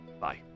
Bye